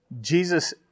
Jesus